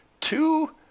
two